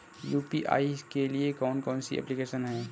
UPI के लिए कौन कौन सी एप्लिकेशन हैं?